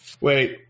Wait